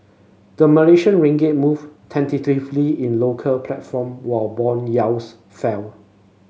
the Malaysian Ringgit moved tentatively inlocal platform while bond yields fell